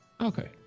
Okay